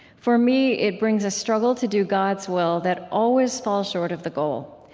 for me, it brings a struggle to do god's will that always falls short of the goal.